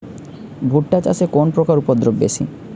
ভুট্টা চাষে কোন পোকার উপদ্রব বেশি?